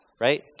right